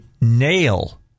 nail